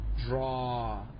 draw